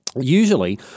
Usually